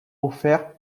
offerts